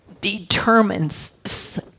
determines